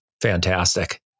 fantastic